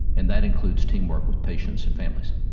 and that includes teamwork with patients and families.